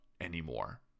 anymore